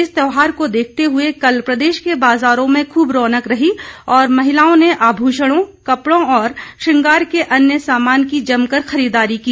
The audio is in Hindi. इस त्यौहार को देखते हुए कल प्रदेश के बाजारों में खूब रौनक रही और महिलाओं ने आभूषणों कपड़ों और श्रंगार के अन्य सामान की जमकर खरीददारी की